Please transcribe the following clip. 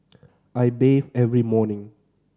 I bathe every morning